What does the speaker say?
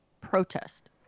protest